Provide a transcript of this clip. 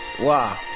Wow